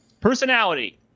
personality